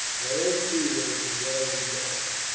i don't see that it could well be darker.